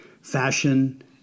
fashion